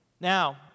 Now